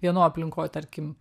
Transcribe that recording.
vieno aplinkoj tarkim